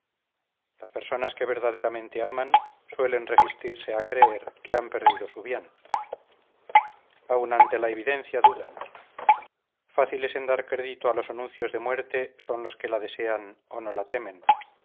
las personas que verdaderamente aman suelen resistirse a creer que han perdido su bien aun ante la evidencia dudan fáciles en dar crédito a los anuncios de muerte son los que la desean o no la temen